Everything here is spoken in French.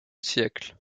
siècle